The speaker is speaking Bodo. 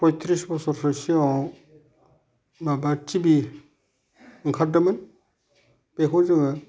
फइथ्रिस बसरसो सिगाङाव माबा टिभि ओंखारदोंमोन बेखौ जोङो